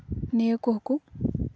ᱱᱤᱭᱟᱹ ᱠᱚᱦᱚᱸ ᱠᱚ